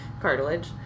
cartilage